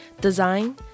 Design